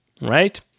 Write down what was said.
right